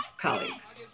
colleagues